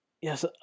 Yes